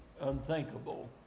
unthinkable